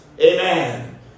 Amen